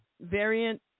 variant